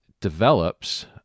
develops